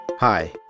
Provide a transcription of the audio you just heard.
Hi